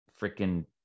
freaking